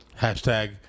Hashtag